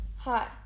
Hi